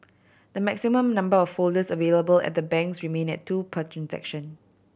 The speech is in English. the maximum number of folders available at the banks remain at two per transaction